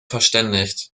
verständigt